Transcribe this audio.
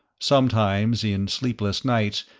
sometimes, in sleepless nights,